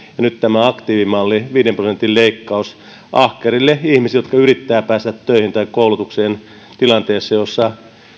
nyt tämä aktiivimalli viiden prosentin leikkaus ahkerille ihmisille jotka yrittävät päästä töihin tai koulutukseen tilanteessa jossa